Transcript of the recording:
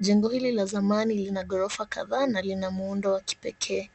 Jengo hili la zamani lina gorofa kadhaa na lina muundo wa kipekee.